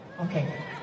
Okay